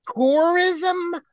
tourism